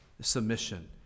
submission